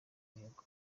imihigo